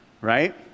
right